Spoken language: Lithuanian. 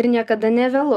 niekada nevėlu